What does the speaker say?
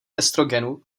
estrogenu